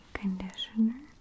conditioner